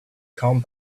come